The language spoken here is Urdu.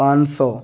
پانچ سو